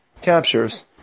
captures